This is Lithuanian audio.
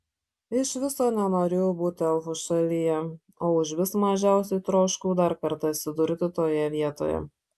iš viso nenorėjau būti elfų šalyje o užvis mažiausiai troškau dar kartą atsidurti toje vietoje